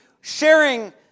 sharing